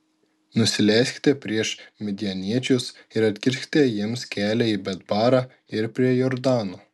nusileiskite prieš midjaniečius ir atkirskite jiems kelią į betbarą ir prie jordano